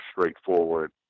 straightforward